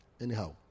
Anyhow